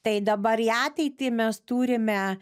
tai dabar į ateitį mes turime